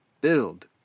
build